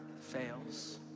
fails